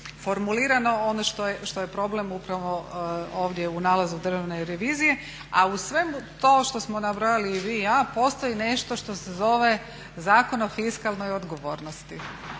formulirano ono što je problem upravo ovdje u nalazu državne revizije. A u svemu tome što smo nabrojali i vi i ja postoji nešto što se zove Zakon o fiskalnoj odgovornosti.